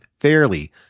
fairly